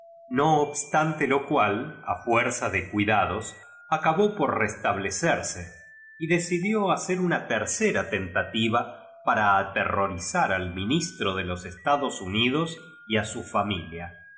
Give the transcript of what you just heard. no obstante lo cual a fuerza de cuidados acabó por restablecerse y decidió hacer una tercera tentativa para aterrorizar al minis tro de los estados luidos y a su familia